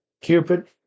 Cupid